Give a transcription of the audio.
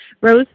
Rose